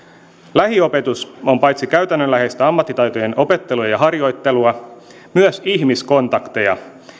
lähiopetus on paitsi käytännönläheistä ammattitaitojen opettelua ja harjoittelua myös ihmiskontakteja